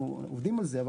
אנחנו עובדים על זה,